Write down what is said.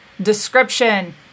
Description